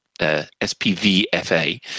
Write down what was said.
SPVFA